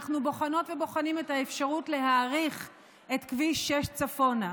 אנחנו בוחנות ובוחנים את האפשרות להאריך את כביש 6 צפונה.